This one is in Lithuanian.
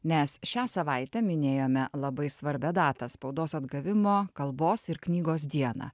nes šią savaitę minėjome labai svarbią datą spaudos atgavimo kalbos ir knygos dieną